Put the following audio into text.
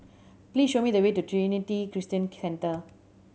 please show me the way to Trinity Christian Centre